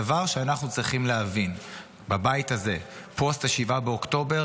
הדבר שאנחנו צריכים להבין בבית הזה פוסט 7 באוקטובר